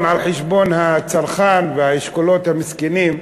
על חשבון הצרכן והאשכולות המסכנים,